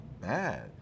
bad